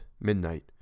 midnight